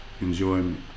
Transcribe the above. enjoyment